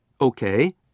Okay